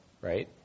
right